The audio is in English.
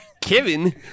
kevin